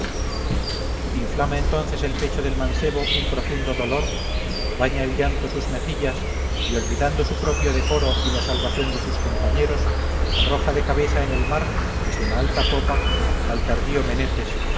inflama entonces el pecho del mancebo un profundo dolor baña el llanto sus mejillas y olvidando su propio decoro y la salvación de sus compañeros arroja de cabeza en el mar desde la alta popa al tardío menetes